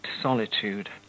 solitude